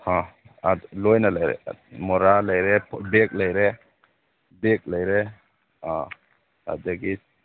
ꯍꯥ ꯑꯥ ꯂꯣꯏꯅ ꯂꯩꯔꯦ ꯃꯣꯔꯥ ꯂꯩꯔꯦ ꯕꯦꯒ ꯂꯩꯔꯦ ꯕꯦꯒ ꯂꯩꯔꯦ ꯑꯥ ꯑꯗꯨꯗꯒꯤ